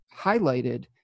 highlighted